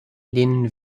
lehnen